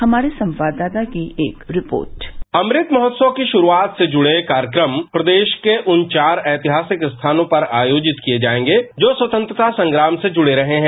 हमारे संवाददाता की एक रिपोर्ट अमृत महोत्सव की शुरुआत से जुड़े कार्यक्रम प्रदेश में उन चार ऐतिहासिक स्थानों पर आयोजित किए जाएगे जो स्वतंत्रता संग्राम से जुड़े रहे हैं